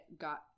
got